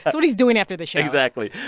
what he's doing after the show exactly.